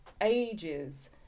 ages